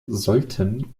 sollten